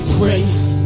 grace